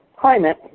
climate